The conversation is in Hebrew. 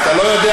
אתה לא יודע,